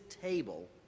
table